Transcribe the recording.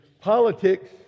politics